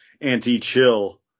anti-chill